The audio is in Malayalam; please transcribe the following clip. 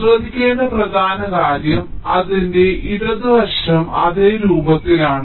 അതിനാൽ ശ്രദ്ധിക്കേണ്ട പ്രധാന കാര്യം അതിന്റെ ഇടത് വശം അതേ രൂപത്തിലാണ്